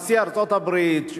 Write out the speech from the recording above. נשיא ארצות-הברית,